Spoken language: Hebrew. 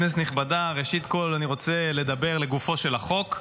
כנסת נכבדה, ראשית אני רוצה לדבר לגופו של החוק.